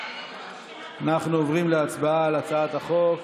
אנחנו עוברים להצבעה על הצעת החוק,